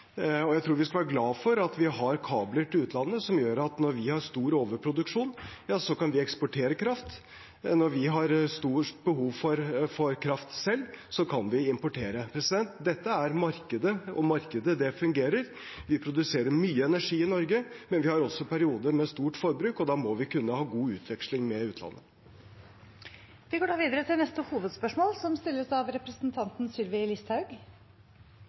og jeg tror vi skal være glade for at vi har kabler til utlandet som gjør at når vi har stor overproduksjon, kan vi eksportere kraft. Når vi har stort behov for kraft selv, kan vi importere. Dette er markedet, og markedet fungerer. Vi produserer mye energi i Norge, men vi har også perioder med stort forbruk, og da må vi kunne ha god utveksling med utlandet. Vi går videre til neste hovedspørsmål. Mitt spørsmål går til finansministeren, men først har jeg behov for å referere til en av representanten